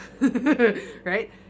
right